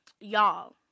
y'all